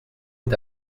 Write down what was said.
est